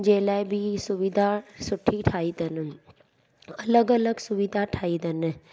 जे लाइ बि सुविधा सुठी ठाही अथनि अलॻि अलॻि सुविधा ठाही अथनि